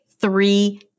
three